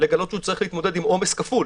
לגלות שהוא צריך להתמודד עם עומס כפול.